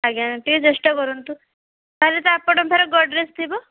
ଆଜ୍ଞା ଟିକେ ଚେଷ୍ଟା କରନ୍ତୁ ତା'ହେଲେ ତ ଆପଣଙ୍କ ପାଖରେ ଗଡ଼ରେଜ୍ ଥିବ